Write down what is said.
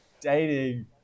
dating